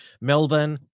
Melbourne